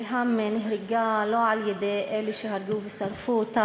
ריהאם נהרגה לא על-ידי אלה שהרגו ושרפו אותה